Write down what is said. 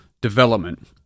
Development